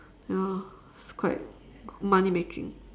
you know it's quite money making